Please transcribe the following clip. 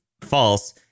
false